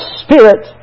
spirit